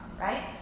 right